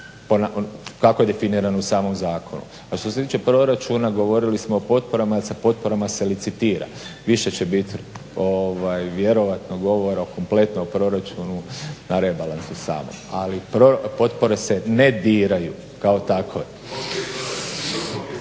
kako je definirano u samom zakonu. A što se tiče proračuna govorili smo o potporama, da sa potporama se licitira. Više će biti vjerojatno govora o kompletnom proračunu na rebalansu samom. Ali potpore se ne diraju kao takve.